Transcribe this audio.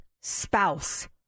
spouse